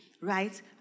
right